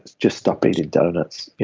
just stop eating doughnuts.